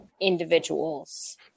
individuals